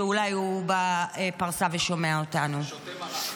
שאולי הוא בפרסה ושומע אותנו -- שותה מרק.